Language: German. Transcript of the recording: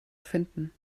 finden